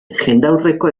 jendaurreko